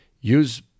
use